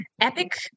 epic